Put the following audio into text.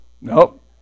nope